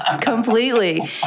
completely